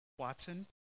Watson